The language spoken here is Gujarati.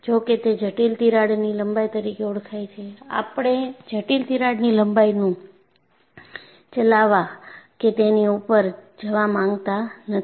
જો કે તે જટિલ તિરાડની લંબાઈ તરીકે ઓળખાય છે આપણે જટિલ તિરાડની લંબાઈનું ચલાવવા કે તેની ઉપર જવા માંગતા નથી